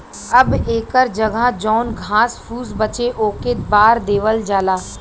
अब एकर जगह जौन घास फुस बचे ओके बार देवल जाला